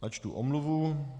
Načtu omluvu.